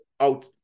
out